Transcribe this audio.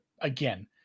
again